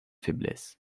faiblesses